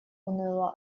уныло